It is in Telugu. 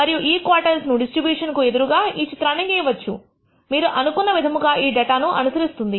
మరియు ఈ క్వోర్టైల్స్ ను డిస్ట్రిబ్యూషన్ కు ఎదురుగా ఈ చిత్రాన్ని గీయవచ్చు మీరు అనుకున్న విధముగా ఈ డేటాను అనుసరిస్తుంది